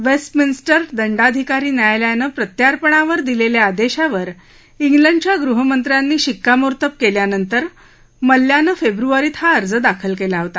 Westminster दंडाधिकारी न्यायालयानं प्रत्यार्पणावर दिलखिा आदश्ववर इग्लंडच्या गृहमंत्र्यांनी शिक्कामोर्तब कल्पानंतर मल्ल्यानं फख्विरीत हा अर्ज दाखल कला होता